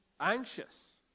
anxious